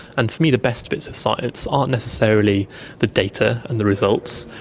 and for me the best bits of science aren't necessarily the data and the results,